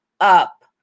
up